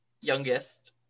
youngest